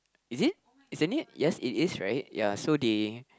is it isn't it yes it is right ya so they